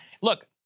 Look